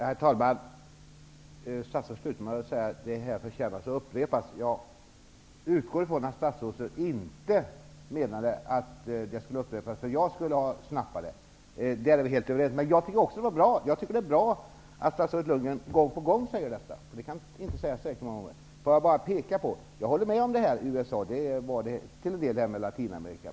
Herr talman! Statsrådet sade avslutningsvis att detta förtjänar att upprepas. Jag utgår ifrån att statsrådet inte menade att det skulle upprepas för att jag skulle förstå det. Där är vi helt överens. Jag tycker att det är bra att statsrådet Bo Lundgren säger detta gång på gång. Det kan inte sägas tillräckligt många gånger. Jag håller med om det som sades om USA. Det berodde till en del på lån till Latinamerika.